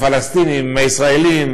הפלסטינים עם הישראלים,